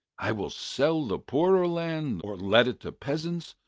i will sell the poorer land, or let it to peasants,